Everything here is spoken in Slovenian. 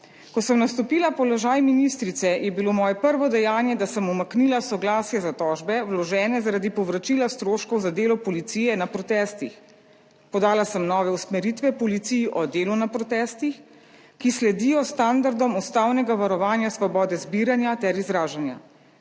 Ko sem nastopila položaj ministrice, je bilo moje prvo dejanje, da sem umaknila soglasje za tožbe, vložene zaradi povračila stroškov za delo policije na protestih. Podala sem nove usmeritve policiji o delu na protestih, ki sledijo standardom ustavnega varovanja svobode zbiranja ter izražanja.